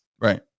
right